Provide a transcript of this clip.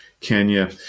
Kenya